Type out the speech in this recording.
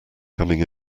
coming